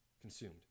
consumed